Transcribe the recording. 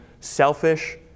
selfish